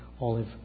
olive